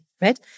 right